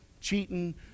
cheating